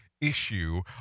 issue